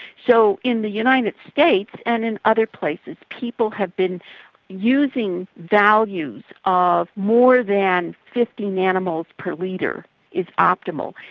so in the united states and in other places, people have been using values of more than fifty nanomoles per litre is optimal,